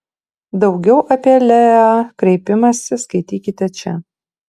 daugiau apie leea kreipimąsi skaitykite čia